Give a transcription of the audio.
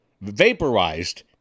vaporized